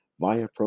via